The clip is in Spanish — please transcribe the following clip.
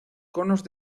conos